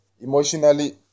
emotionally